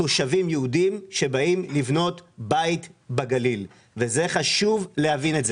תושבים יהודים שבאים לבנות בית בגליל ואת זה חשוב להבין.